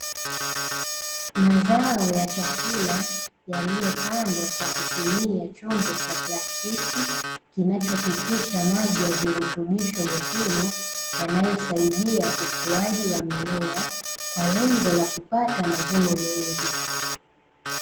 Mazao ya chakula yaliyopandwa kwa kutumia chombo cha plastiki, kinachopitisha maji ya virutubisho muhimu, yanayosaidia ukuaji wa mimea, kwa lengo la kupata mavuno mengi.